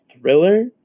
thriller